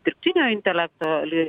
dirbtinio intelekto li